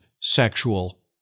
Sexual